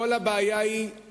הבעיה היא עם